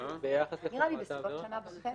נראה לי בסביבות שנה וחצי.